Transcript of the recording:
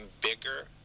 bigger